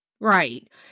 Right